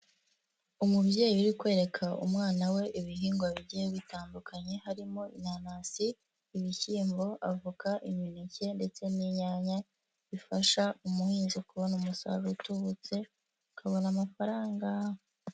Umubyeyi uri kwereka umwana we ibihingwa bigiye bitandukanye harimo inanasi, ibishyimbo, avoka, imineke ndetse n'inyanya bifasha umuhinzi kubona umusaruro utubutse ukabona amafaranga.